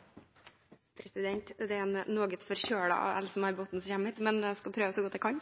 som kommer på talerstolen, men jeg skal forsøke så godt jeg kan.